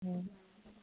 অঁ